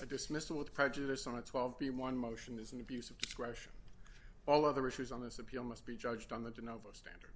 i dismissed with prejudice on a twelve b one motion is an abuse of discretion all other issues on this appeal must be judged on the din of a standard